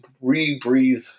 re-breathe